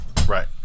Right